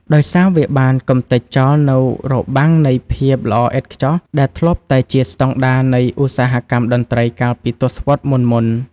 ដោយសារវាបានកម្ទេចចោលនូវរបាំងនៃភាពល្អឥតខ្ចោះដែលធ្លាប់តែជាស្ដង់ដារនៃឧស្សាហកម្មតន្ត្រីកាលពីទសវត្សរ៍មុនៗ។